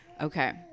Okay